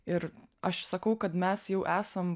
ir aš sakau kad mes jau esam